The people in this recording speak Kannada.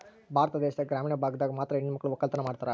ಭಾರತ ದೇಶದಾಗ ಗ್ರಾಮೀಣ ಭಾಗದಾಗ ಮಾತ್ರ ಹೆಣಮಕ್ಳು ವಕ್ಕಲತನ ಮಾಡ್ತಾರ